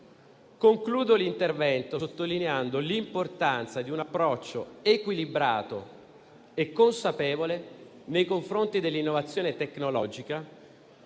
Concludo l'intervento sottolineando l'importanza di un approccio equilibrato e consapevole nei confronti dell'innovazione tecnologica